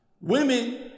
women